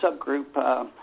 subgroup